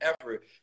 effort